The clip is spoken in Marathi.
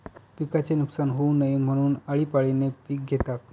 पिकाचे नुकसान होऊ नये म्हणून, आळीपाळीने पिक घेतात